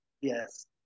yes